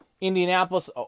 Indianapolis